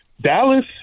Dallas